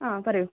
ആ പറയൂ